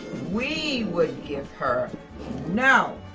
we would give her no,